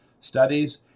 studies